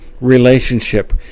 relationship